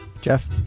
Jeff